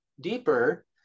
deeper